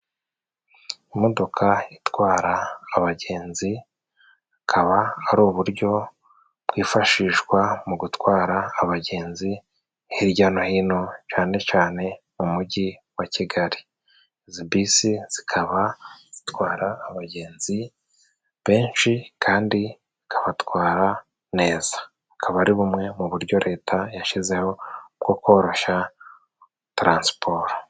Imodoka itwara abagenzi, ikaba ari uburyo bwifashishwa mu gutwara abagenzi hirya no hino cane cane mu mujyi wa kigali. Izi bisi zikaba zitwara abagenzi benshi kandi zikabatwara neza. Akaba ari bumwe mu buryo leta yashyizeho bwo koroshya taransiporo.